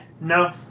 No